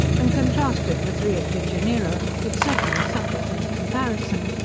when contrasted with rio de janeiro, it certainly suffers in the comparison.